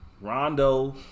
Rondo